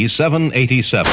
787